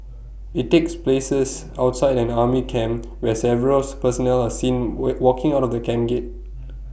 IT takes places outside an army camp where several personnel are seen we walking out of the camp gate